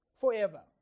forever